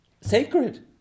sacred